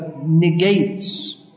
negates